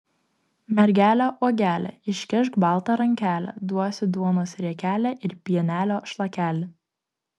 mergele uogele iškišk baltą rankelę duosiu duonos riekelę ir pienelio šlakelį